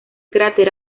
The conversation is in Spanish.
cráter